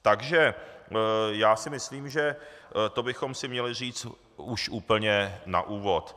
Takže já si myslím, že to bychom si měli říct už úplně na úvod.